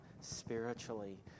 spiritually